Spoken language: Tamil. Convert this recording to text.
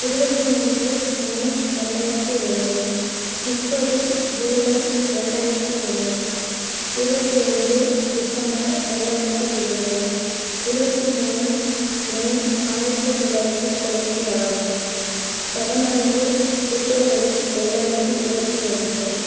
இருபத்தி மூன்று மே ரெண்டாயிரத்தி ரெண்டு முப்பது ஜூலை ரெண்டாயிரத்தி ஒன்று இருபத்தி ஐந்து டிசம்பர் ரெண்டாயிரத்தி இருபது இருபத்தி மூணு மே ஆயிரத்தி தொள்ளாயிரத்தி தொண்ணூற்றி ஆறு பதினான்கு பிப்ரவரி ரெண்டாயிரத்தி இருபத்தி ஒன்று